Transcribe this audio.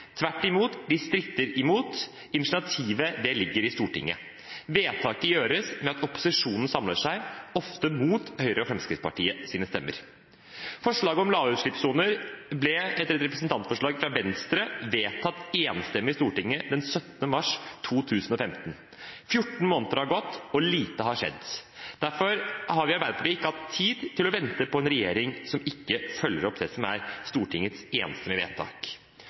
imot. Initiativet ligger i Stortinget. Vedtaket gjøres ved at opposisjonen samler seg, ofte mot Høyres og Fremskrittspartiets stemmer. Forslaget om lavutslippssoner ble, etter et representantforslag fra Venstre, enstemmig vedtatt i Stortinget den 17. mars 2015. 14 måneder har gått, og lite har skjedd. Derfor har ikke vi i Arbeiderpartiet hatt tid til å vente på en regjering som ikke følger opp Stortingets enstemmige vedtak. Lokalpolitikerne ønsker det,